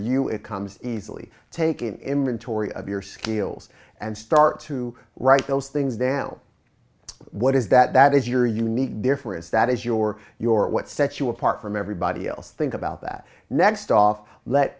you it comes easily take an inventory of your skills and start to write those things down what is that that is your unique difference that is your your what sets you apart from everybody else think about that next off let